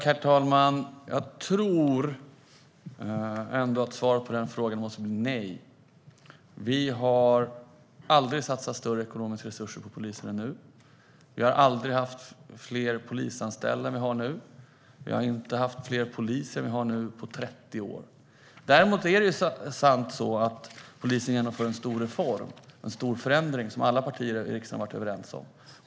Herr talman! Svaret på den frågan måste ändå bli nej. Det har aldrig satsats större ekonomiska resurser på polisen än nu. Det har aldrig funnits fler polisanställda än nu. Det har inte funnits fler poliser de senaste 30 åren än det finns nu. Däremot är det sant att polisen genomför en stor reform, en stor förändring, som alla partier i riksdagen har varit överens om.